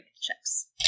checks